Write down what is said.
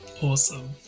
Awesome